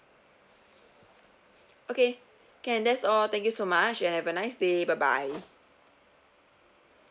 okay can that's all thank you so much and have a nice day bye bye